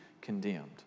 condemned